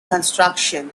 construction